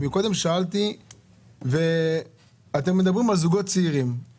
אני מקודם שאלתי ואתם מדברים על זוגות צעירים,